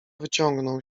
wyciągnął